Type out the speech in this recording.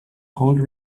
hold